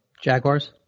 Jaguars